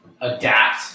adapt